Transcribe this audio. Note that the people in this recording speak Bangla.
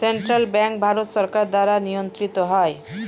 সেন্ট্রাল ব্যাঙ্ক ভারত সরকার দ্বারা নিয়ন্ত্রিত হয়